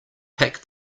pack